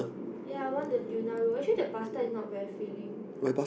ya I want the Tuna roll actually the pasta is not very filling